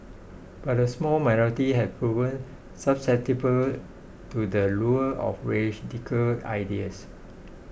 but a small have proven susceptible to the lure of radical ideas